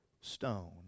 stone